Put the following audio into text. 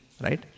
right